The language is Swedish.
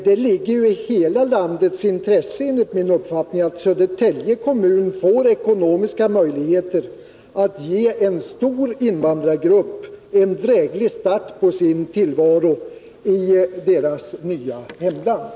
Det ligger enligt min uppfattning i hela landets intresse att Södertälje kommun får ekonomiska möjligheter att ge människorna i en stor invandrargrupp en dräglig start i tillvaron i deras nya hemland.